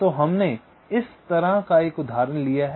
तो हमने इस तरह का एक उदाहरण लिया है